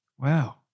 wow